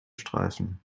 streifen